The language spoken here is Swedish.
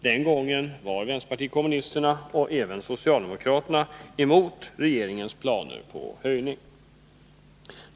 Den gången var vänsterpartiet kommunisterna och även socialdemokraterna emot regeringens planer på höjning.